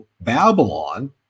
Babylon